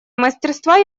мастерства